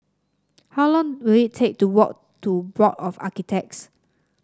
how long will it take to walk to Board of Architects